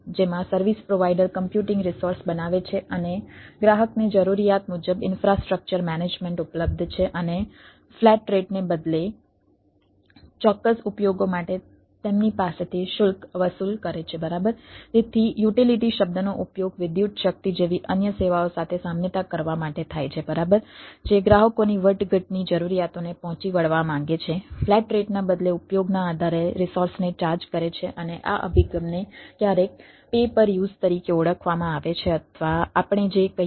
તેથી જો આપણે આપણી વિદ્યુત સેવાઓ વિદ્યુત વસ્તુઓ જોઈએ